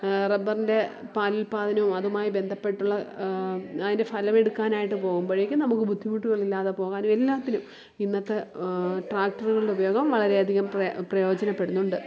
റബ്ബറിൻ്റെ പാൽ ഉൽപ്പാദനവും അതുമായി ബന്ധപ്പെട്ടുള്ള അതിൻ്റെ ഫലം എടുക്കാനായിട്ട് പോകുമ്പോഴേക്കും നമുക്ക് ബുദ്ധിമുട്ടുകളില്ലാതെ പോകാനും എല്ലാത്തിലും ഇന്നത്തെ ട്രാക്ടറുകളുടെ ഉപയോഗം വളരെയധികം പ്രയോജനപ്പെടുന്നുണ്ട്